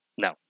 No